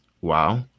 wow